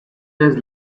has